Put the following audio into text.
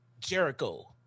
Jericho